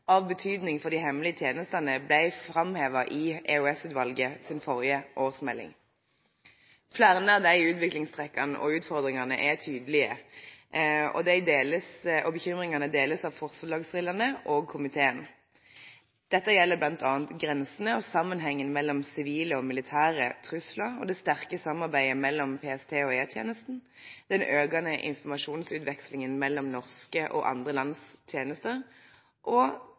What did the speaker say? av betydning for de hemmelige tjenestene ble framhevet i EOS-utvalgets forrige årsmelding. Flere av de utviklingstrekkene og utfordringene er tydelige, og bekymringene deles av forslagsstillerne og komiteen. Dette gjelder bl.a. grensene og sammenhengen mellom sivile og militære trusler, det sterke samarbeidet mellom PST og E-tjenesten, den økende informasjonsutvekslingen mellom norske og andre lands tjenester og